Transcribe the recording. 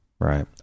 Right